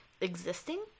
existing